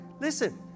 listen